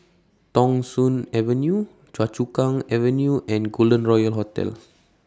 Thong Soon Avenue Choa Chu Kang Avenue and Golden Royal Hotel